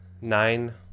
nine